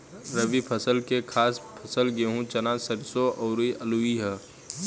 रबी फसल के खास फसल गेहूं, चना, सरिसो अउरू आलुइ होला